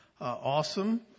awesome